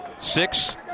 Six